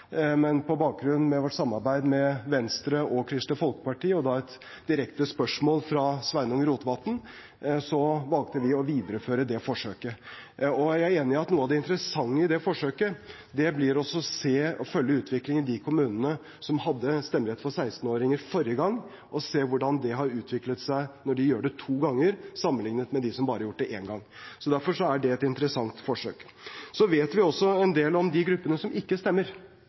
men på bakgrunn av vårt samarbeid med Venstre og Kristelig Folkeparti – og da et direkte spørsmål fra Sveinung Rotevatn – valgte vi å videreføre det forsøket. Og jeg er enig i at noe av det interessante i det forsøket blir å følge utviklingen i de kommunene som hadde stemmerett for 16-åringer forrige gang, og se hvordan det har utviklet seg når de gjør det to ganger, sammenlignet med dem som bare har gjort det én gang. Derfor er det et interessant forsøk. Så vet vi også en del om de gruppene som ikke stemmer,